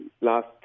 last